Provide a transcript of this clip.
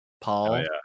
paul